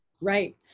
right